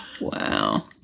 Wow